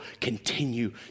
continue